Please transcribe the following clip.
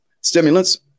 Stimulants